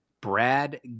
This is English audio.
Brad